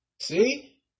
See